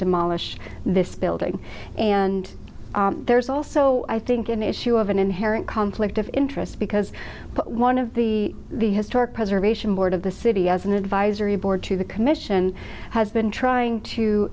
demolish this building and there's also i think an issue of an inherent conflict of interest because one of the the historic preservation board of the city has an advisory board to the commission has been trying to